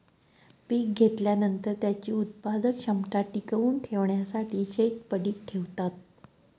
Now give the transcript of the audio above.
पीक घेतल्यानंतर, त्याची उत्पादन क्षमता टिकवून ठेवण्यासाठी शेत पडीक ठेवतात